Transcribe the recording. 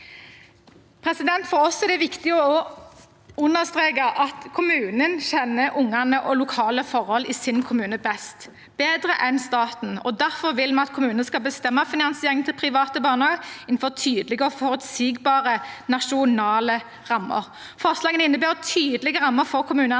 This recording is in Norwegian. For oss er det viktig å understreke at kommunen kjenner ungene og lokale forhold i sin kommune best, bedre enn staten, og derfor vil vi at kommunene skal bestemme finansieringen til private barnehager innenfor tydelige og forutsigbare nasjonale rammer. Forslagene innebærer tydelige rammer for kommunene.